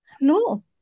No